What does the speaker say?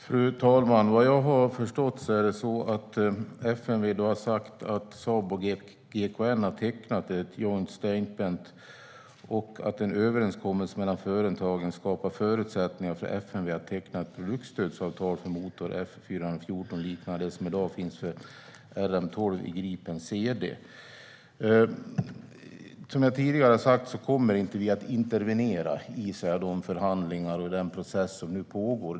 Fru talman! Vad jag har förstått har FMV sagt att Saab och GKN har tecknat ett joint statement och att en överenskommelse mellan företagen skapar förutsättningar för FMV att teckna ett produktstödsavtal för motor F414 liknande det som i dag finns för RM12 i Gripen C/D. Som jag tidigare har sagt kommer vi inte att intervenera i de förhandlingar och den process som nu pågår.